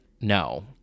No